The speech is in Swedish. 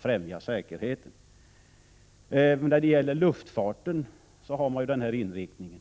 främja säkerheten och ha hand om tillsynen över fartyg. När det gäller luftfarten har man denna inriktning.